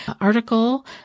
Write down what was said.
article